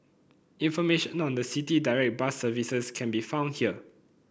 information on the City Direct bus services can be found here